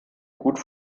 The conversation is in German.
gut